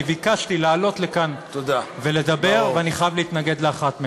אני ביקשתי לעלות לכאן ולדבר ואני חייב להתנגד לאחת מהן.